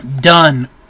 done